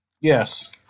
Yes